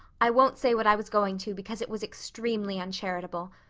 i won't say what i was going to because it was extremely uncharitable.